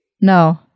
No